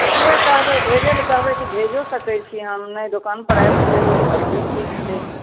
जे कहबै भेजैलए कहबै तऽ भेजिओ सकै छिए हम नहि दोकानपर आबिकऽ लेबै तब भी ठीक छै